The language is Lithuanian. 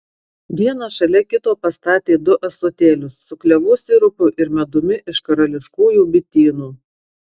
vieną šalia kito pastatė du ąsotėlius su klevų sirupu ir medumi iš karališkųjų bitynų